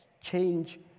change